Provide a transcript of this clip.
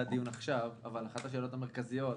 הדיון עכשיו אבל אחת השאלות המרכזיות,